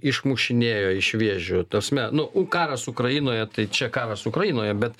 išmušinėjo iš vėžių tasme nu u karas ukrainoje tai čia karas ukrainoje bet